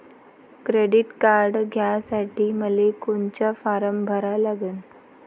Credit card घ्यासाठी मले कोनचा फारम भरा लागन?